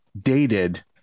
dated